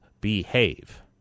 behave